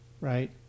right